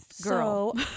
Girl